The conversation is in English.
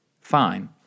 fine